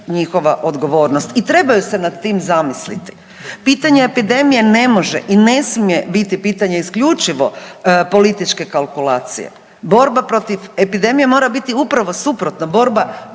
njihova odgovornost i trebaju se nad tim zamislite. Pitanje epidemije ne može i ne smije biti pitanje isključivo političke kalkulacije. Borba protiv epidemije mora biti upravo suprotno, borba bez političke